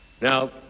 Now